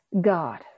God